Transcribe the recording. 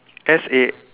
S A